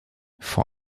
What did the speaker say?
vor